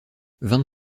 vingt